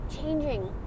changing